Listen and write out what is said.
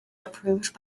approved